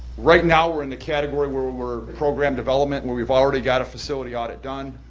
right now we're in the category where we're we're program development, where we've already got a facility audit done.